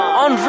on